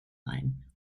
line